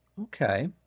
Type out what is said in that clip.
Okay